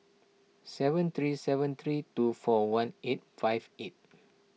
seven three seven three two four one eight five eight